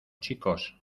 chicos